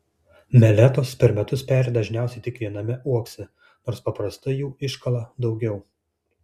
meletos per metus peri dažniausiai tik viename uokse nors paprastai jų iškala daugiau